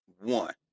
one